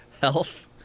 Health